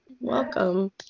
Welcome